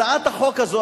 הצעת החוק הזאת,